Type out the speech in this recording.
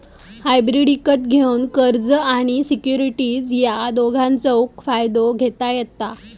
hybrid इकत घेवान कर्ज आणि सिक्युरिटीज या दोघांचव फायदो घेता येता